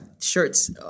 shirts